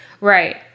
Right